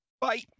Bye